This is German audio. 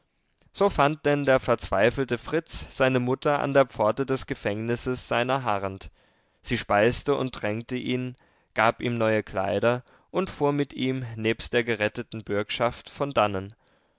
so fand denn der verzweifelte fritz seine mutter an der pforte des gefängnisses seiner harrend sie speiste und tränkte ihn gab ihm neue kleider und fuhr mit ihm nebst der geretteten bürgschaft von dannen